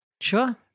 Sure